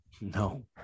No